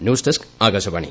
news desk Akashvani